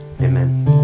Amen